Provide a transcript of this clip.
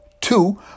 two